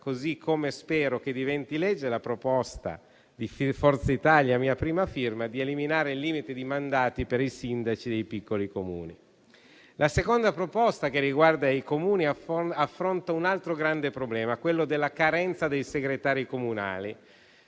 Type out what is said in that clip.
così come spero che diventi legge la proposta di Forza Italia, a mia prima firma, di eliminare i limiti di mandati per i sindaci dei piccoli Comuni. La seconda proposta che riguarda i Comuni affronta un altro grande problema, quello della carenza dei segretari comunali.